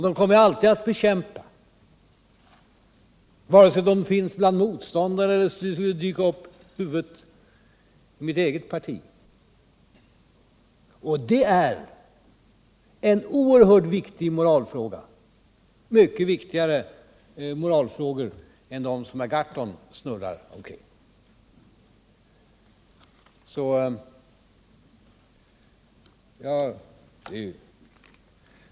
Dem kommer jag alltid att bekämpa, vare sig de finns bland motståndare eller om de skulle dyka uppi mitt eget parti. Det är för mig en oerhört viktig moralfråga, mycket viktigare än de moralfrågor som Per Gahrton snurrar omkring.